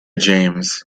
james